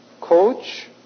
coach